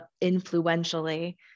influentially